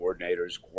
coordinators